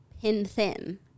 pin-thin